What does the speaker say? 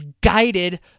guided